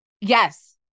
yes